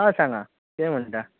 आं सांगा कितें म्हणटा